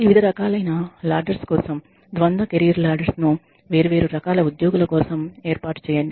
వివిధ రకాలైన లాడేర్స్ కోసం ద్వంద్వ కెరీర్ లాడేర్స్ ను వేర్వేరు రకాల ఉద్యోగుల కోసం ఏర్పాటు చేయండి